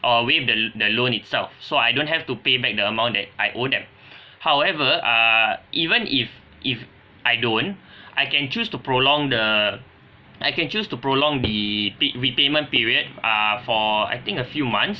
or waive the the loan itself so I don't have to pay back the amount that I owe them however uh even if if I don't I can choose to prolong the I can choose to prolong the p~ repayment period ah for I think a few months